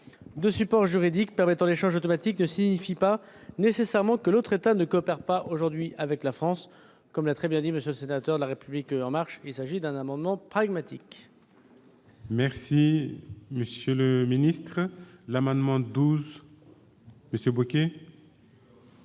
de support juridique permettant l'échange automatique ne signifie pas nécessairement que l'autre État ne coopère pas avec la France. Comme l'a très bien dit M. le sénateur du groupe La République En Marche, il s'agit d'un amendement pragmatique. L'amendement n° 12, présenté par MM. Bocquet,